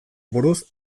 buruz